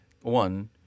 one